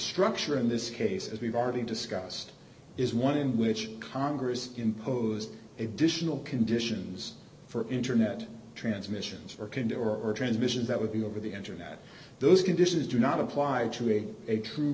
structure in this case as we've already discussed is one in which congress imposed additional conditions for internet transmissions for can do or transmission that would be over the internet those conditions do not apply to a true